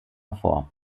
vor